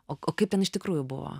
o kaip ten iš tikrųjų buvo